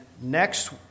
next